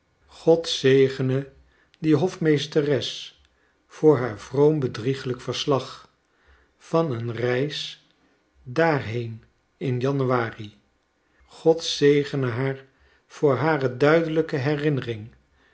god zegene die hofmeesteres voor haar vroombedrieglijk verslag van een reis daarheen in januaril god zegene haar voor hare duidelrjke herinnering